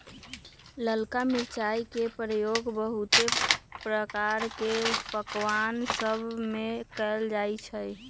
ललका मिरचाई के प्रयोग बहुते प्रकार के पकमान सभमें कएल जाइ छइ